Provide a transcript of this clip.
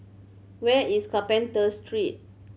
where is Carpenter Street